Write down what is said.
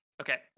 Okay